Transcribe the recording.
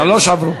שלוש עברו.